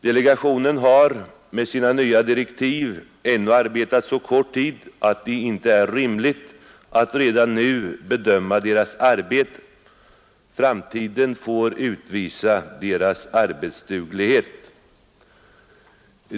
Delegationen har med sina nya direktiv ännu arbetat så kort tid, att det inte är rimligt att redan nu bedöma dess arbete. Framtiden får utvisa dess arbetsduglighet.